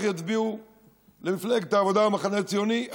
יצביעו למפלגת העבודה או למחנה הציוני,